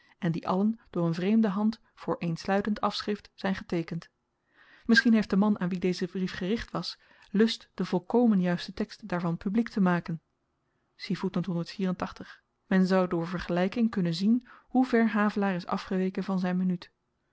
en die allen door een vreemde hand voor eensluidend afschrift zyn geteekend misschien heeft de man aan wien deze brief gericht was lust den volkomen juisten tekst daarvan publiek te maken men zou door vergelyking kunnen zien hoever havelaar is afgeweken van zyn